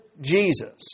Jesus